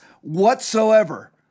whatsoever